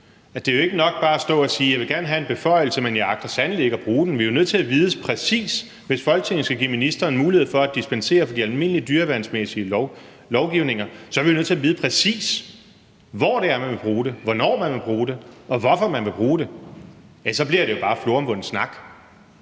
Det er jo ikke nok bare at stå og sige, at man gerne vil have en beføjelse, men at man sandelig ikke agter at bruge den. Hvis Folketinget skal give ministeren mulighed for at dispensere fra den almindelige dyreværnsmæssige lovgivning, er vi nødt til at vide, præcis hvor det er, man vil bruge det, hvornår man vil bruge det, og hvorfor man vil bruge det. Ellers bliver det bare floromvunden snak.